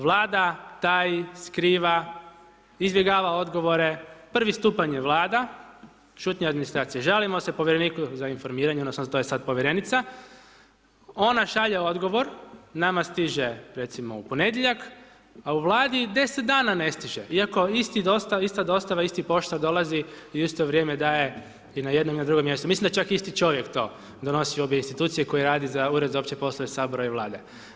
Vlada, taji, skriva, izbjegava odgovore, prvi stupanj je Vlada, šutnja administracije, žalimo se povjereniku za informiranje odnosno to je sada povjerenica, ona šalje odgovor, nama stiže, recimo, u ponedjeljak, a u Vladi 10 dana ne stiže iako ista dostava, isti poštar dolazi i u isto vrijeme daje i na jednom i na drugom mjestu, mislim da čak isti čovjek to donosio u obje institucije koje rade za Ured za opće poslove Sabora i Vlade.